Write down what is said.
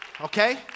okay